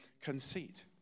conceit